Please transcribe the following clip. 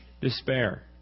despair